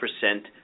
percent